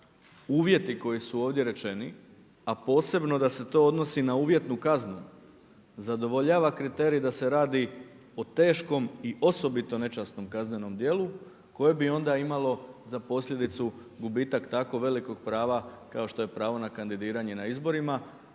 uvjeti koji su ovdje rečeni a posebno da se to odnosi na uvjetnu kaznu zadovoljava kriterij da se radi o teškom i osobito nečasnom kaznenom djelu koje bi onda imalo za posljedicu gubitak tako velikog prava kao što je pravo na kandidiranje na izborima